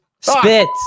Spit